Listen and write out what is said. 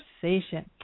conversation